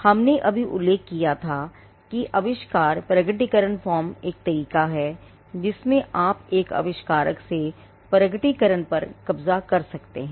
हमने अभी उल्लेख किया था कि आविष्कार प्रकटीकरण फ़ॉर्म एक तरीका है जिसमें आप एक आविष्कारक से प्रकटीकरण पर कब्जा कर सकते हैं